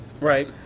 Right